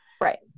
Right